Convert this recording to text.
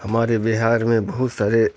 ہمارے بہار میں بہت سارے